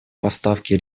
поставки